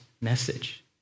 message